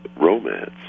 romance